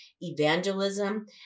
evangelism